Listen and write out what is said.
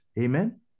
Amen